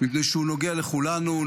מפני שהוא נוגע לכולנו.